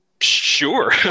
sure